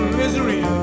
misery